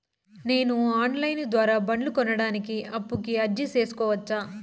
నేను online ద్వారా బండ్లు కొనడానికి అప్పుకి అర్జీ సేసుకోవచ్చా?